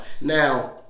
Now